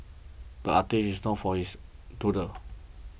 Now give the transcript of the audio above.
the artist is known for his doodles